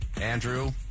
Andrew